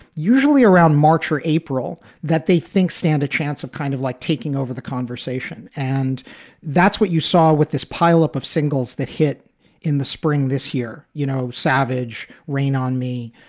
usually around march or april, that they think stand a chance of kind of like taking over the conversation. and that's what you saw with this pile up of singles that hit in the spring this year. you know, savage rain on me.